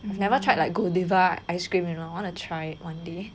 never tried like Godiva ice cream you know and I want to try it one day